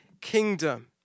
kingdom